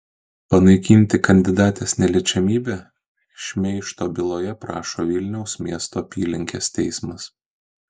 panaikinti kandidatės neliečiamybę šmeižto byloje prašo vilniaus miesto apylinkės teismas